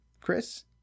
Chris